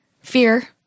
fear